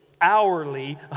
hourly